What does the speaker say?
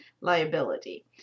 liability